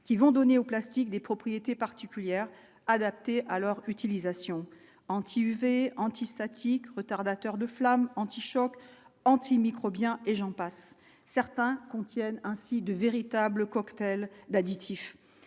qui vont donner aux plastiques des propriétés particulières adaptées à leur utilisation anti-UV anti-statique retardateurs de flamme antichoc antimicrobiens et j'en passe, certains contiennent ainsi de véritables cocktails d'additifs,